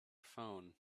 phone